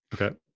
Okay